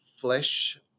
flesh